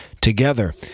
together